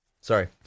Sorry